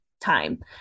time